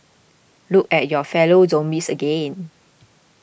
look at your fellow zombies again